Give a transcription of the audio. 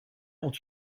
ont